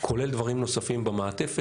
כולל דברים נוספים במעטפת,